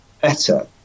better